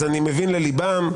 אז אני מבין לליבם,